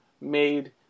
made